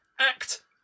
act